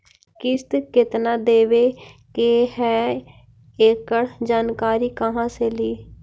किस्त केत्ना देबे के है एकड़ जानकारी कहा से ली?